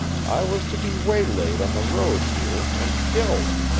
i was to be waylaid on the road here and killed.